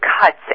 cuts